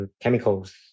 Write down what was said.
chemicals